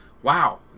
Wow